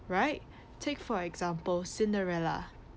right take for example cinderella